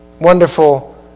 Wonderful